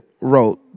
wrote